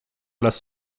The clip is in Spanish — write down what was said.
las